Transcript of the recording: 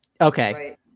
Okay